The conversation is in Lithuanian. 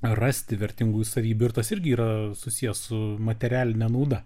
rasti vertingųjų savybių ir tas irgi yra susiję su materialine nauda